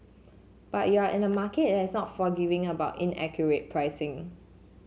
but you're in a market that it has not forgiving about inaccurate pricing